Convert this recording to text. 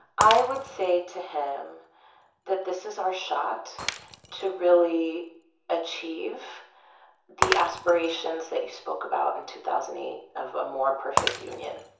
i would say to him that this is our shot to really achieve the aspirations that you spoke about in two thousand and eight of a more perfect union.